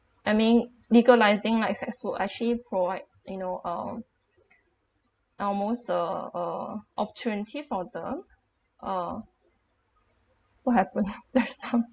I mean legalising like sex work actually provides you know um almost the uh opportunity for them uh what happen just now